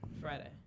Friday